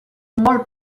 molt